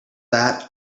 that